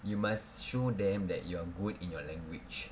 you must show them that you are good in your language